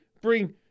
bring